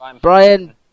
Brian